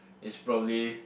is probably